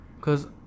Cause